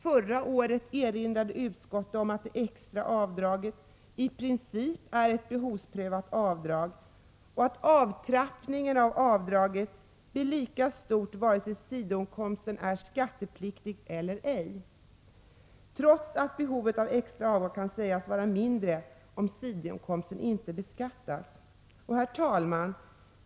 Förra året erinrade utskottet om att det extra avdraget i princip är ett behovsprövat avdrag och att nedtrappningen av avdraget blir lika stor vare sig sidoinkomsten är skattepliktig eller ej, trots att behovet av extra avdrag kan sägas vara mindre, om sidoinkomsten inte beskattas. Herr talman!